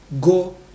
go